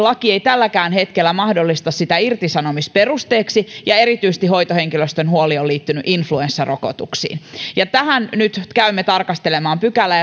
laki ei tälläkään hetkellä mahdollista sitä irtisanomisperusteeksi ja erityisesti hoitohenkilöstön huoli on liittynyt influenssarokotuksiin nyt käymme tarkastelemaan tätä pykälää